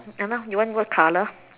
I know you want more color